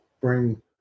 bring